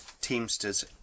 Teamsters